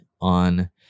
on